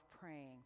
praying